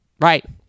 Right